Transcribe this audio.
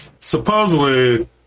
supposedly